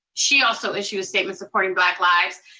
she also issued a statement supporting black lives,